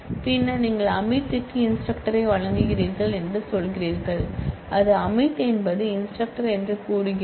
பின்னர் நீங்கள் அமித்துக்கு இன்ஸ்டிரக்டரை வழங்குகிறீர்கள் என்று சொல்கிறீர்கள் இது அமித் இப்போது இன்ஸ்டிரக்டர் என்று கூறுகிறது